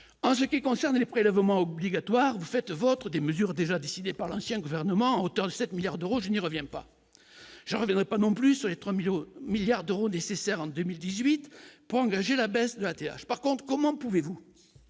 en ce qui concerne les prélèvements obligatoires, vous faites vôtre des mesures déjà décidées par l'ancien gouvernement, autant de 7 milliards d'euros, je n'y reviens pas, je reviendrai pas non plus sur les 3 1000 milliards d'euros nécessaires en 2018 pour engager engager la baisse de la TH par compte, comment pouvez-vous